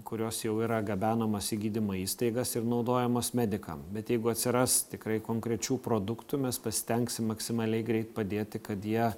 kurios jau yra gabenamos į gydymo įstaigas ir naudojamos medikam bet jeigu atsiras tikrai konkrečių produktų mes pasistengsim maksimaliai greit padėti kad jie